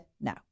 No